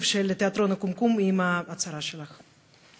של תיאטרון "קומקום" עם ההצהרה שלך?